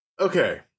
Okay